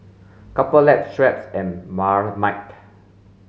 Couple Lab Schweppes and Marmite